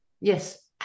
Yes